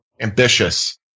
ambitious